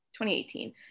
2018